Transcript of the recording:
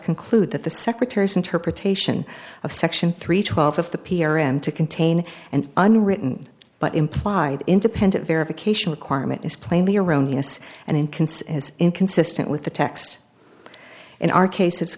conclude that the secretary's interpretation of section three twelve of the p r m to contain an unwritten but implied independent verification requirement is plainly erroneous and in consider inconsistent with the text in our case it's